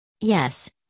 Yes